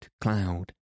cloud